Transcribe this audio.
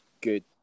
good